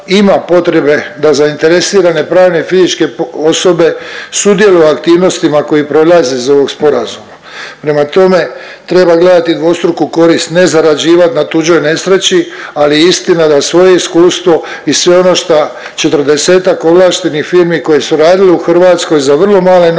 imamo da ima potrebe da zainteresirane pravne i fizičke osobe sudjeluju u aktivnostima koje proizlaze iz ovog sporazuma. Prema tome, treba gledati dvostruku korist, ne zarađivat na tuđoj nesreći, ali istina da svoje iskustvo i sve ono šta 40-tak ovlaštenih firmi koje su radile u Hrvatskoj za vrlo male novce